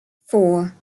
four